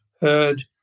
heard